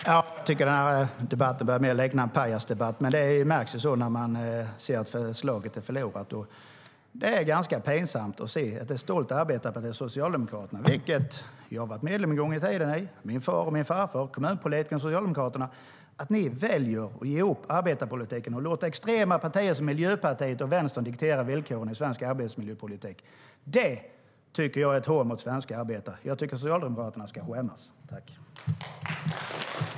Herr talman! Jag tycker att debatten börjar likna en pajasdebatt. Men så blir det när man ser att slaget är förlorat. Jag tycker att Socialdemokraterna ska skämmas.